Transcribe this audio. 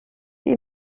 die